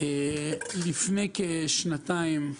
לפני כשנתיים,